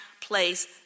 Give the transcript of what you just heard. place